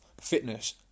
fitness